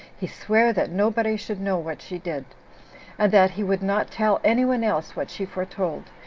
he sware that nobody should know what she did and that he would not tell any one else what she foretold,